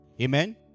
Amen